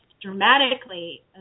dramatically –